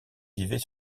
vivaient